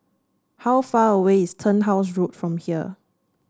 how far away is Turnhouse Road from here